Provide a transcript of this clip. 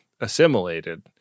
assimilated